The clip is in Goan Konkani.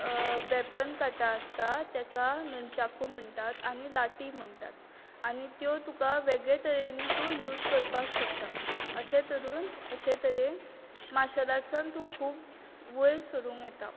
व्हेपन काटा आसता तेका नंचाकू म्हणटात आनी लाटी म्हणटात आनी त्यो तुका तूं वेगळे तरेन यूज करपाक शकता अशें तरून अशें तरेन मार्शेल आर्टसान तूं खूब वयर सरूंक येता